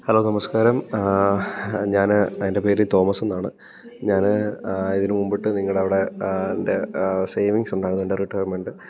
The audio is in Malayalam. ഹലോ നമസ്കാരം ഞാൻ എൻ്റെ പേര് തോമസ് എന്നാണ് ഞാൻ ഇതിന് മുമ്പിട്ട് നിങ്ങളുടെ അവിടെ എൻ്റെ സേവിങ്സ് ഉണ്ടായിരുന്നു എൻ്റെ റിട്ടയർമെൻറ്റ്